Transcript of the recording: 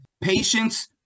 Patience